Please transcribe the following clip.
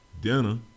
dinner